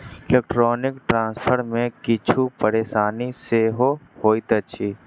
electronic transfer मे किछु परेशानी सेहो होइत अछि